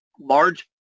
large